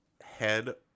head